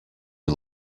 you